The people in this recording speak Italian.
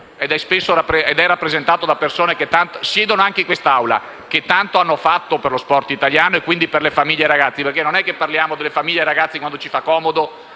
rappresentato da persone che siedono anche in quest'Aula e che tanto hanno fatto per lo sport italiano e quindi per le famiglie e i ragazzi, perché non è che parliamo di famiglie e ragazzi quando ci fa comodo